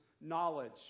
knowledge